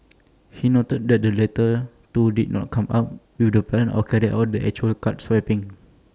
he noted that the latter two did not come up with the plan or carry out the actual card swapping